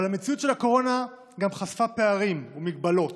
אבל המציאות של הקורונה גם חשפה פערים ומגבלות.